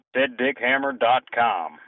DeadDickHammer.com